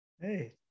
Hey